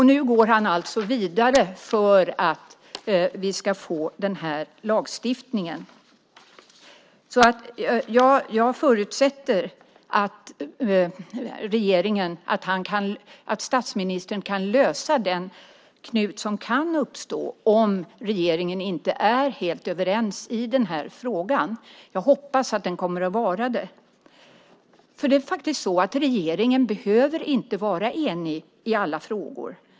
Nu går han alltså vidare för att vi ska få den här lagstiftningen. Jag förutsätter att statsministern kan lösa den knut som kan uppstå om regeringen inte är helt överens i den här frågan - jag hoppas att den kommer att vara det. Det är faktiskt så att regeringen inte behöver vara enig i alla frågor.